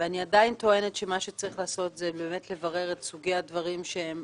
אני עדיין טוענת שמה שצריך לעשות זה לברר את סוגיית הדברים המהווים